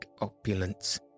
opulence